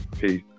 Peace